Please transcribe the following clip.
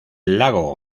lago